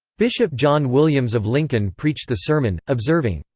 bishop john williams of lincoln preached the sermon, observing,